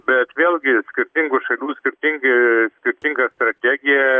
bet vėlgi skirtingų šalių skirtingi skirtinga strategija